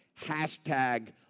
Hashtag